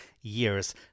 years